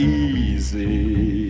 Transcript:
easy